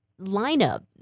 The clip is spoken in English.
lineup